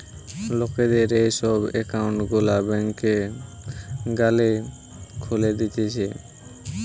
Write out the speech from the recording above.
লোকদের এই সব একউন্ট গুলা ব্যাংকে গ্যালে খুলে দিতেছে